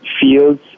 feels